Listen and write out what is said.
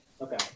Okay